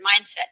mindset